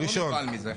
אני לא נבהל מזה.